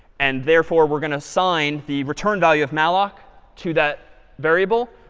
and therefore we're going to assign the return value of malloc to that variable,